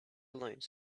alone